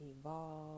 evolve